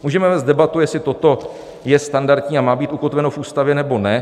Můžeme vést debatu, jestli toto je standardní a má být ukotveno v Ústavě, nebo ne.